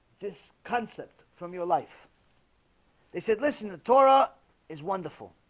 this concept from your life they said listen the torah is wonderful.